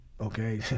Okay